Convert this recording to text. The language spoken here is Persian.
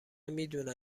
میدونن